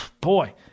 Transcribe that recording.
boy